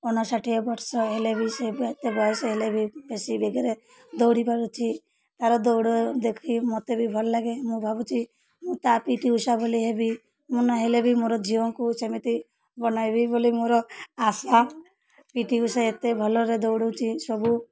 ଅଣଷଠି ବର୍ଷ ହେଲେ ବି ସେ ବି ଏତେ ବୟସ ହେଲେ ବି ବେଶୀ ବେଗରେ ଦୌଡ଼ି ପାରୁଛି ତା'ର ଦୌଡ଼ ଦେଖି ମୋତେ ବି ଭଲ ଲାଗେ ମୁଁ ଭାବୁଛି ମୁଁ ତା ପି ଟି ଓଷା ଭଲି ହେବି ମୁଁ ନ ହେଲେ ବି ମୋର ଝିଅଙ୍କୁ ସେମିତି ବନାଇବି ବୋଲି ମୋର ଆଶା ପି ଟି ଓଷା ଏତେ ଭଲରେ ଦୌଡ଼ୁଛି ସବୁ